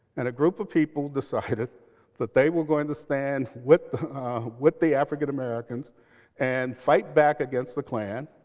and a group of people decided that they were going to stand with what the african-americans and fight back against the klan.